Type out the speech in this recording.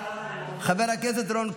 חבר הכנסת עידן רול,